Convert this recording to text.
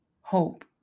hope